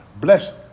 bless